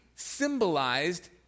symbolized